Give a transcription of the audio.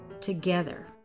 together